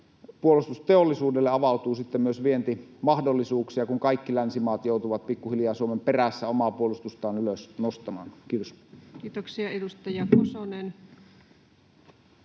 puolustusteollisuudelle avautuu sitten myös vientimahdollisuuksia, kun kaikki länsimaat joutuvat pikkuhiljaa Suomen perässä omaa puolustustaan ylös nostamaan. — Kiitos. Kiitoksia. — Edustaja Kosonen.